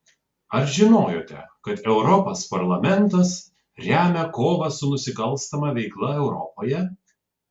ar žinojote kad europos parlamentas remia kovą su nusikalstama veikla europoje